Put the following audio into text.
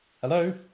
Hello